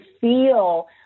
feel